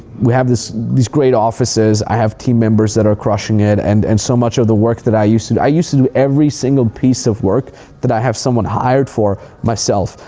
we have this this great offices, i have team members that are crushing it, and and so much of the work that i used to do. i used to do every single piece of work that i have someone hired for myself.